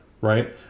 right